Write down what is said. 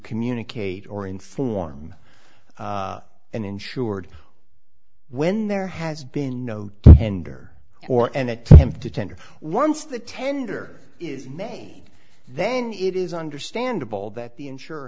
communicate or inform an insured when there has been no andor or an attempt to tender once the tender is made then it is understandable that the insure